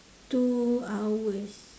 two hours